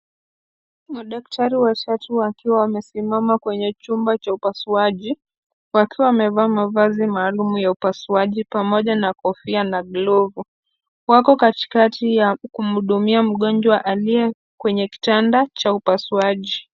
Madaktari watatu wakiwa wamesimama kwenye chumba cha upasuaji wakiwa wamevaa mavazi maalum ya upasuaji pamoja na kofia na glavu. Wako katikati ya kuhudumia mgonjwa aliye kwenye kitanda cha upasuaji.